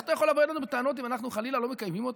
איך אתה יכול לבוא אלינו בטענות אם אנחנו חלילה לא מקיימים אותה?